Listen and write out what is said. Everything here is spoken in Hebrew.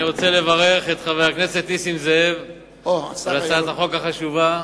אני רוצה לברך את חבר הכנסת נסים זאב על הצעת החוק החשובה.